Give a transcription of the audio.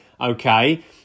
okay